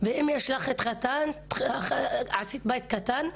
ואם התחתנת והקמת בית קטן,